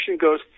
goes